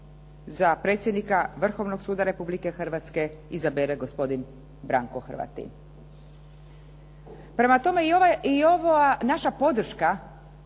za predsjednika Vrhovnog suda Republike Hrvatske izabere gospodin Branko Hrvatin. Prema tome, i ova naša podrška